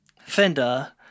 Fender